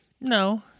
No